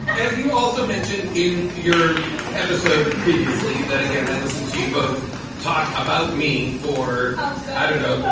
as you also mentioned in your episode previously, that, again, i listen to you both talk about me for, oh, i don't know.